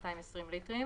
ליטרים,